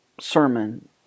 sermon